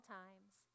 times